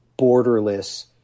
borderless